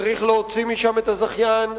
צריך להוציא משם את הזכיין,